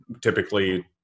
typically